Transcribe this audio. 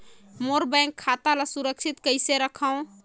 मोर bank खाता ला सुरक्षित कइसे रखव?